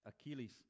Achilles